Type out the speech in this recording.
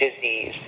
disease